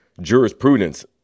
jurisprudence